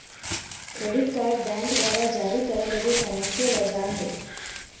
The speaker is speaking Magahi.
क्रेडिट कार्ड बैंक द्वारा जारी करल एगो फायनेंसियल औजार हइ